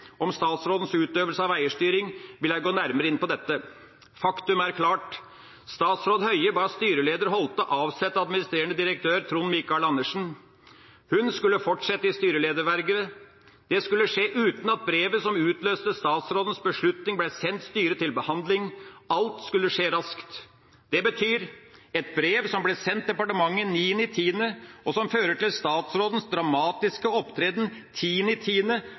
om statsrådens utøvelse av eierstyring, vil jeg gå nærmere inn på dette. Faktum er klart: Statsråd Høie ba styreleder Holte avsette administrerende direktør Trond Michael Andersen. Hun skulle fortsette i styreledervervet. Det skulle skje uten at brevet som utløste statsrådens beslutning, ble sendt styret til behandling. Alt skulle skje raskt. Det betyr: Et brev som ble sendt til departementet 9. oktober, og som fører til statsrådens dramatiske opptreden